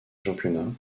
championnat